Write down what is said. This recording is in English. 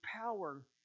power